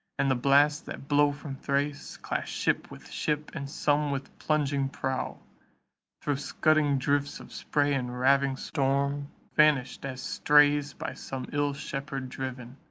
and the blasts that blow from thrace clashed ship with ship and some with plunging prow thro' scudding drifts of spray and raving storm vanished, as strays by some ill shepherd driven.